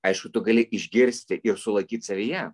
aišku tu gali išgirsti ir sulaikyt savyje